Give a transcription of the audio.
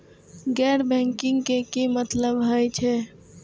गैर बैंकिंग के की मतलब हे छे?